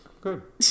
Good